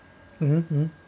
uh uh